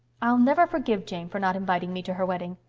i'll never forgive jane for not inviting me to her wedding.